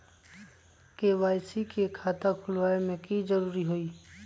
KYC के खाता खुलवा में की जरूरी होई?